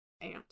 aunt